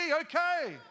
okay